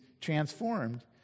transformed